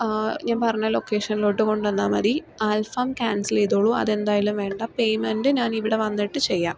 ഞാൻ പറഞ്ഞ ലൊക്കേഷനിലോട്ട് കൊണ്ടു വന്നാൽ മതി അൽഫാം ക്യാൻസൽ ചെയ്തോളൂ അതെന്തായാലും വേണ്ട പെയ്മെന്റ് ഞാൻ ഇവിടെ വന്നിട്ട് ചെയ്യാം